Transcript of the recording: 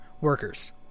workers